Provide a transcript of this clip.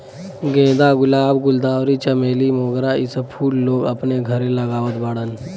गेंदा, गुलाब, गुलदावरी, चमेली, मोगरा इ सब फूल लोग अपने घरे लगावत बाड़न